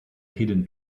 hidden